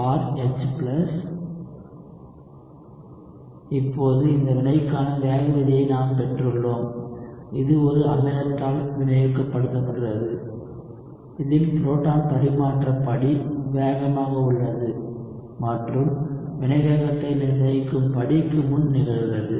எனவே இப்போது இந்த வினைக்கான வேக விதியை நாம் பெற்றுள்ளோம் இது ஒரு அமிலத்தால் வினையூக்கப்படுத்தப்படுகிறது இதில் புரோட்டான் பரிமாற்ற படி வேகமாக உள்ளது மற்றும் வினைவேகத்தை நிர்ணயிக்கும் படிக்கு முன் நிகழ்கிறது